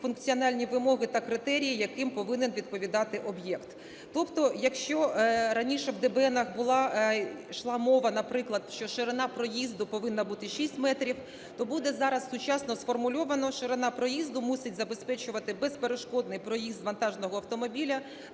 функціональні вимоги та критерії, яким повинен відповідати об'єкт. Тобто, якщо раніше в дебеенах йшла мова наприклад, що ширина проїзду повинна бути шість метрів, то буде зараз сучасно сформульовано: ширина проїзду мусить забезпечувати безперешкодний проїзд вантажного автомобіля